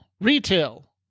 retail